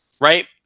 right